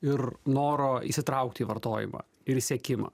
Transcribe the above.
ir noro įsitraukti į vartojimą ir sekimą